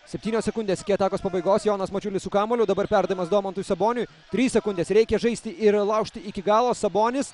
septynios sekundės iki atakos pabaigos jonas mačiulis su kamuoliu dabar perdavimas domantui saboniui trys sekundės reikia žaisti ir laužti iki galo sabonis